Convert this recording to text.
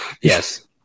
Yes